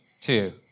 two